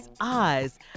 eyes